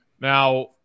Now